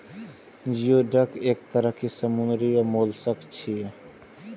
geoduck एक तरह समुद्री मोलस्क छियै